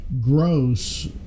Gross